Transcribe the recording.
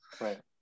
Right